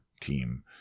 team